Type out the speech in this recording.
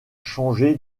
changé